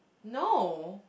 no